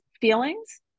feelings